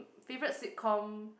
favourite sitcom